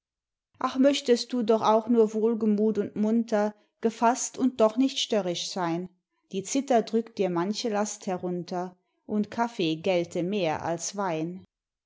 ach möchtest du doch auch nur wohlgemut und munter gefasst und doch nicht störrisch sein die zither drückt dir manche last herunter und kaffee gelte mehr als wein